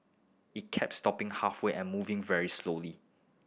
it kept stopping halfway and moving very slowly